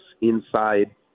inside